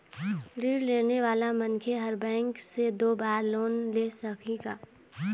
ऋण लेने वाला मनखे हर बैंक से दो बार लोन ले सकही का?